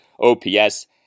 OPS